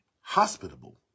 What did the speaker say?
hospitable